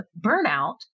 burnout